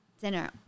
dinner